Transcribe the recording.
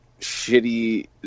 shitty